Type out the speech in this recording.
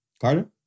Carter